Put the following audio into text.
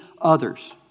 others